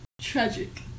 tragic